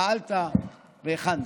פעלת והכנת.